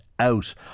out